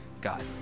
God